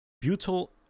butyl